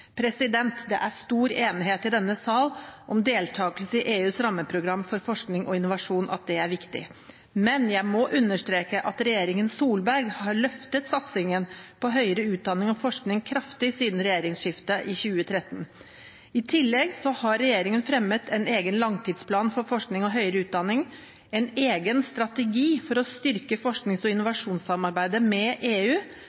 Det er stor enighet i denne sal om at deltakelse i EUs rammeprogrammer for forskning og innovasjon er viktig. Men jeg må understreke at regjeringen Solberg har løftet satsingen på høyere utdanning og forskning kraftig siden regjeringsskiftet i 2013. I tillegg har regjeringen fremmet en egen langtidsplan for forskning og høyere utdanning, en egen strategi for å styrke forsknings- og innovasjonssamarbeidet med EU